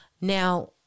Now